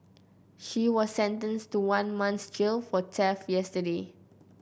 she was sentenced to one month's jail for theft yesterday